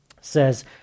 says